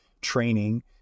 training